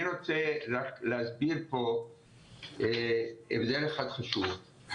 אני רוצה להסביר פה הבדל אחד חשוב.